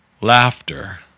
laughter